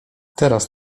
teraz